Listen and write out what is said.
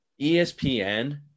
ESPN